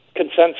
consensus